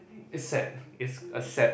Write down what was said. it's sad it's a sad